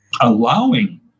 allowing